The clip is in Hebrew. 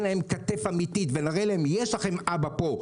להם כתף אמיתית ונראה לכם שיש להם אבא פה,